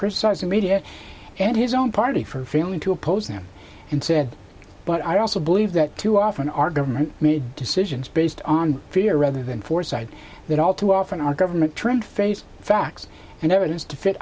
criticizing media and his own party for failing to oppose them and said but i also believe that too often our government made decisions based on fear rather than foresight that all too often our government trying to face facts and evidence to fit